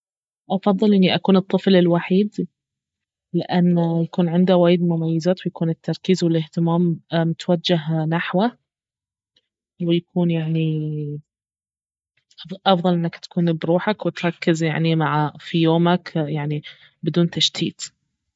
افضل اني اكون الطفل الوحيد لانه يكون عنده وايد مميزات ويكون التركيز والاهتمام متوجه نحوه ويكون يعني افضل انك تكون بروحك وتركز يعني مع في يومك يعني بدون تشتيت